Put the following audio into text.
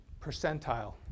percentile